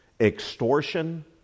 extortion